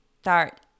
start